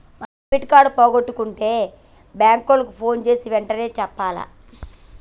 మనం debit card పోగొట్టుకుంటే bank ఓళ్ళకి పోన్ జేసీ ఎంటనే చెప్పాల